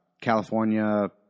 California